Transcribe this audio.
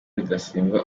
rudasingwa